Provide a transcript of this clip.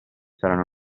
saranno